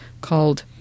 called